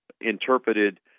interpreted